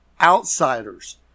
Outsiders